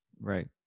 Right